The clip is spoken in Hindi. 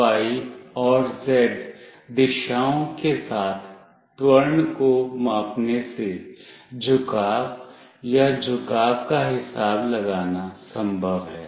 x y और z दिशाओं के साथ त्वरण को मापने से झुकाव या झुकाव का हिसाब लगाना संभव है